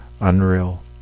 unreal